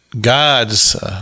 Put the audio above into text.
God's